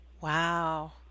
Wow